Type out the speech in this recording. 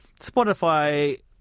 Spotify